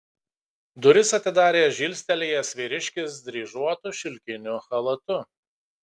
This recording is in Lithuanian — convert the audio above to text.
duris atidarė žilstelėjęs vyriškis dryžuotu šilkiniu chalatu